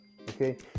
okay